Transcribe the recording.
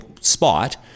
spot